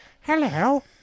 Hello